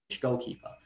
goalkeeper